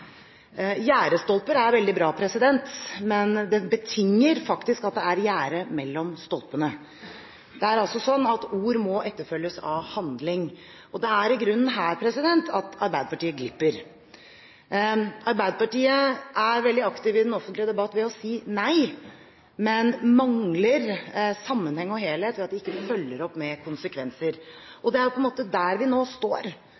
mellom stolpene. Det er sånn at ord må etterfølges av handling, og det er i grunnen her Arbeiderpartiet glipper. Arbeiderpartiet er veldig aktiv i den offentlige debatten ved å si nei, men de mangler sammenheng og helhet ved at de ikke følger opp med konsekvenser. Det er på en måte der vi nå står